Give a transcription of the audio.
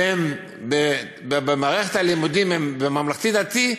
ובמערכת הלימודים הן בממלכתי-דתי,